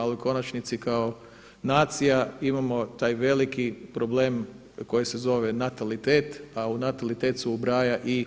A u konačnici kao nacija imamo taj veliki problem koji se zove natalitet, a u natalitet se ubraja i